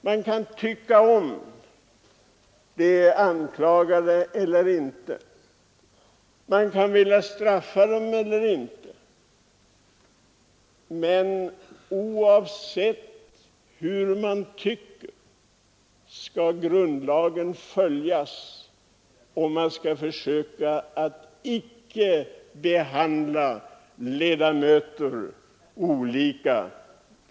Man kan tycka om de anklagade eller inte, man kan vilja straffa dem eller inte, men oavsett hur man tycker skall grundlagen följas, och man skall försöka att inte behandla människor olika.